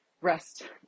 rest